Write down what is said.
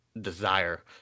desire